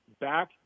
back